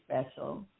special